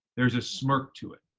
there's a smirk to it.